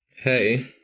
Hey